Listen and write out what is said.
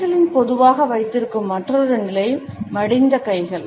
கைகளின் பொதுவாக வைத்திருக்கும் மற்றொரு நிலை மடிந்த கைகள்